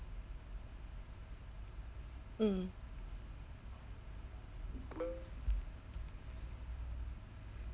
mm